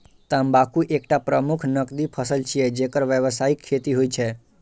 तंबाकू एकटा प्रमुख नकदी फसल छियै, जेकर व्यावसायिक खेती होइ छै